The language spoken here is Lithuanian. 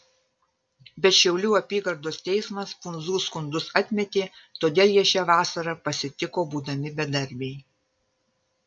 bet šiaulių apygardos teismas pundzų skundus atmetė todėl jie šią vasarą pasitiko būdami bedarbiai